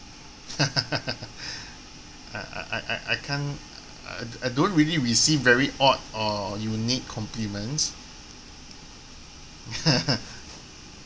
I I I I I can't I I don't really receive very odd or unique compliments